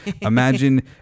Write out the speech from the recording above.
imagine